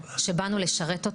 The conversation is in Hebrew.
שבאנו לשרת.